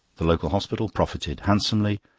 the local hospital profited handsomely,